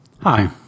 Hi